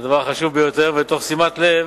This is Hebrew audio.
הדבר החשוב ביותר, ותוך שימת לב